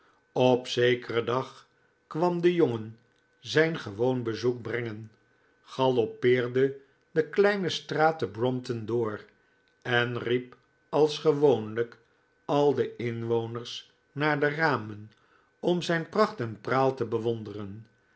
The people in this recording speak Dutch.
op zekeren dag kwam de jongen zijn gewoon bezoek brengen galoppeerde de kleine straat te brompton door en riep als gewoonlijk al de inwoners naar de ramen om zijn pracht en praal te bewonderen